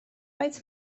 faint